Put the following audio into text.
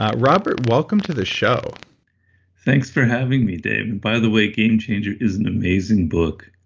ah robert welcome to the show thanks for having me dave. by the way game changers is an amazing book.